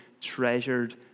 treasured